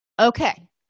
okay